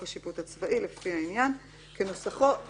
השיפוט הצבאי במסגרת העבירות הצבאיות,